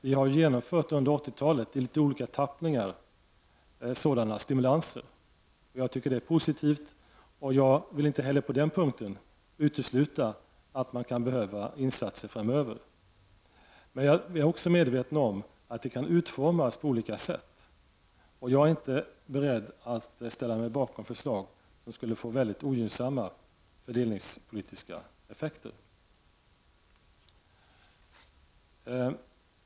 Vi har också under 80-talet genomfört en del sådana stimulanser i olika tappningar. Jag vill inte heller på den punkten utesluta att man kan behöva göra insatser framöver. Men jag är också medveten om att de kan utformas på olika sätt. och jag är inte beredd att ställa mig bakom förslag som skulle få mycket ogynnsamma fördelningspolitiska effekter.